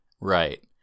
Right